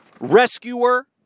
rescuer